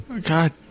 God